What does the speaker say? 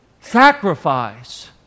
sacrifice